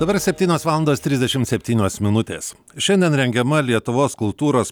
dabar septynios valandos trisdešimt septynios minutės šiandien rengiama lietuvos kultūros